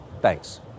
thanks